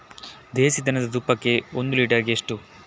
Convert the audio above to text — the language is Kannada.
ದೇಸಿ ದನದ ತುಪ್ಪಕ್ಕೆ ಒಂದು ಲೀಟರ್ಗೆ ಎಷ್ಟು?